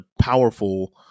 powerful